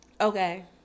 Okay